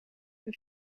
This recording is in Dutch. een